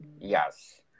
Yes